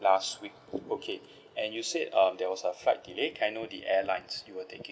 last week okay and you said um there was a flight delayed can I know the airlines you were taking